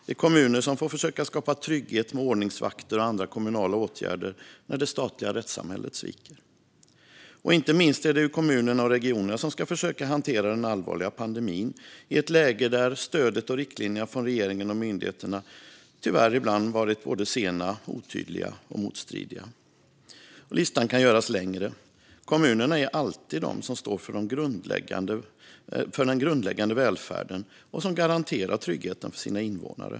Det är kommunerna som får försöka skapa trygghet med ordningsvakter och andra kommunala åtgärder när det statliga rättssamhället sviker. Inte minst är det kommunerna och regionerna som ska försöka hantera den allvarliga pandemin i ett läge där stödet och riktlinjerna från regeringen och myndigheterna ibland tyvärr varit både sena, otydliga och motstridiga. Listan kan göras längre. Kommunerna är alltid de som står för den grundläggande välfärden och garanterar tryggheten för sina invånare.